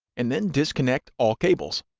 and then disconnect all cables.